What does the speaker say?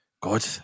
God